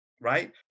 Right